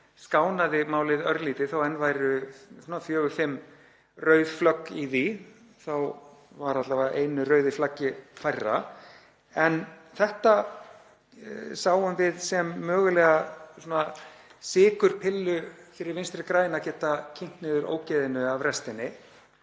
skánaði málið örlítið. Þótt enn væru fjögur, fimm rauð flögg í því var alla vega einu rauðu flaggi færra. En þetta sáum við sem mögulega sykurpillu fyrir Vinstri græna, að geta kyngt niður ógeðinu af restinni,